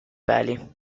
peli